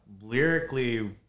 lyrically